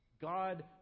God